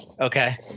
Okay